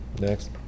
Next